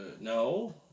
No